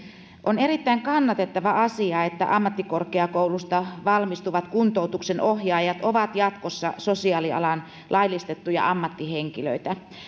on erittäin kannatettava asia että ammattikorkeakoulusta valmistuvat kuntoutuksen ohjaajat ovat jatkossa sosiaalialan laillistettuja ammattihenkilöitä